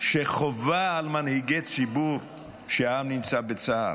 שחובה על מנהיגי ציבור שהעם נמצא בצער,